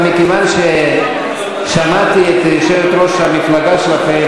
אבל מכיוון ששמעתי את יושבת-ראש המפלגה שלכם,